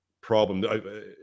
problem